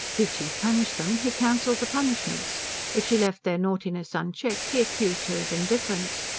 did she punish them, he cancelled the punishments if she left their naughtiness unchecked, he accused her of indifference.